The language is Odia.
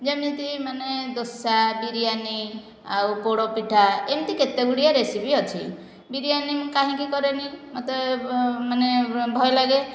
ଯେମିତି ମାନେ ଦୋସା ବିରିୟାନୀ ଆଉ ପୋଡ଼ ପିଠା ଏମିତି କେତେ ଗୁଡ଼ିଏ ରେସିପି ଅଛି ବିରିୟାନୀ କାହିଁକି କରେନି ମାନେ ମୋତେ ମାନେ ଭୟ ଲାଗେ